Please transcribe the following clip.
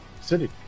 city